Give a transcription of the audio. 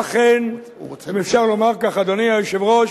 אכן, אם אפשר לומר כך, אדוני היושב-ראש,